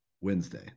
Wednesday